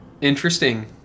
Interesting